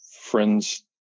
friends